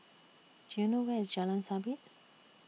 Do YOU know Where IS Jalan Sabit